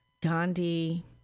Gandhi